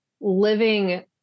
living